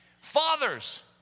Fathers